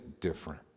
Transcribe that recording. different